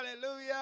Hallelujah